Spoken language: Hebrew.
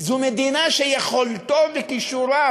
זו מדינה שבה יכולתו וכישוריו,